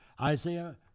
Isaiah